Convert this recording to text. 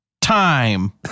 Time